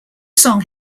song